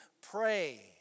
pray